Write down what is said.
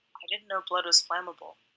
i didn't know blood was flammable.